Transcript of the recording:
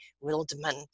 Wildman